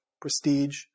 prestige